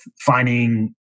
finding